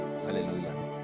hallelujah